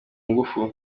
ngufu